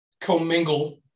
commingle